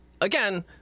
again